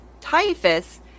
typhus